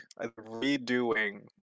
Redoing